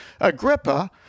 Agrippa